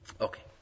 Okay